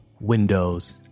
windows